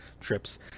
trips